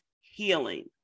healing